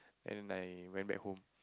and then I went back home